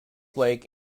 lake